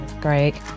Great